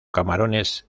camarones